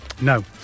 No